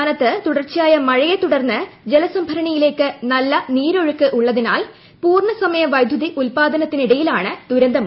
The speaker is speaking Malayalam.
സംസ്ഥാനത്ത് തുടർച്ചയായ മഴയെത്തുടർന്ന് ജലസംഭരണിയിലേക്ക് നല്ല നീരൊഴുക്കുള്ളതിനാൽ പൂർണ സമയ വൈദ്യുതി ഉൽപാദനത്തിനിടെയാണ് ദുരന്തം